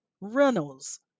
Reynolds